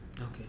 okay